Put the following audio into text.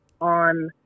on